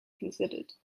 considered